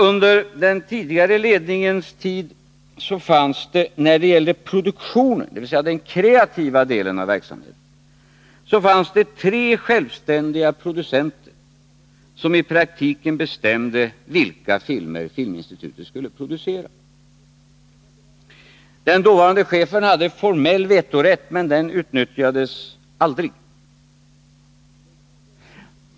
Under den tidigare Om Svenska filmledningens tid fanns det när det gällde produktionen, dvs. den kreativa delen av verksamheten, tre självständiga producenter som i praktiken bestämde vilka filmer Filminstitutet skulle producera. Den dåvarande chefen hade formellt vetorätt, men den utnyttjades aldrig.